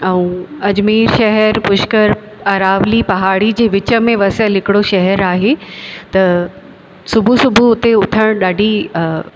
ऐं अजमेर शहर पुष्कर अरावली पहाड़ी जे विच में वसियलु हिकिड़ो शहरु आहे त सुबुह सुबुह उथणु हुते ॾाढी